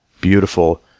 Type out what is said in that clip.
beautiful